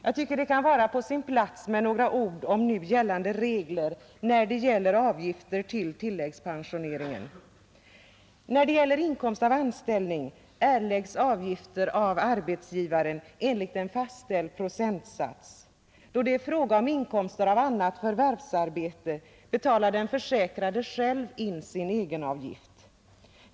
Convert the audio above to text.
Jag tycker att det kan vara på sin plats med några ord om nu gällande regler för avgifter till tilläggspensioneringen. enligt en fastställd procentsats. Då det är fråga om inkomster av annat förvärvsarbete betalar den försäkrade själv in sin egenavgift.